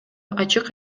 ачык